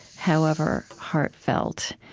however heartfelt.